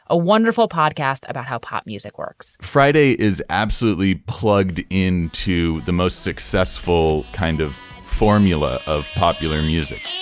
a wonderful podcast about how pop music works friday is absolutely plugged in to the most successful kind of formula of popular music.